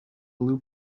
blue